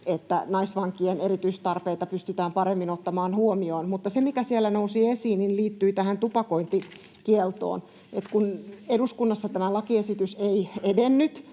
että naisvankien erityistarpeita pystytään paremmin ottamaan huomioon. Mutta se, mikä siellä nousi esiin, liittyi tähän tupakointikieltoon. Kun eduskunnassa tämä lakiesitys ei edennyt